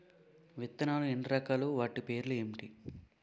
విత్తనాలు ఎన్ని రకాలు, వాటి పేర్లు ఏంటి?